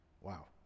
Wow